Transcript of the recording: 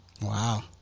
wow